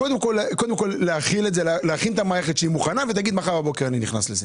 קודם כל להכין את המערכת שתהיה מוכנה ותגיד מחר בבוקר אני נכנס לזה.